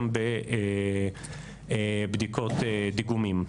גם בבדיקות דיגומים.